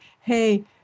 hey